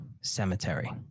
cemetery